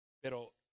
Pero